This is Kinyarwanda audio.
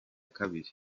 kabiri